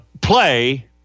play